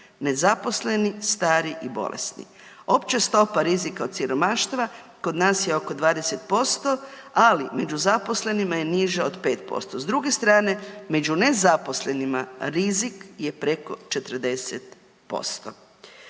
nezaposleni, stari i bolesni. Opća stopa rizika od siromaštva kod nas je oko 20%, ali među zaposlenima je niža od 5%. S druge strane među nezaposlenima rizik je preko 40%.